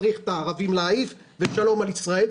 צריך להעיף את הערבים ושלום על ישראל.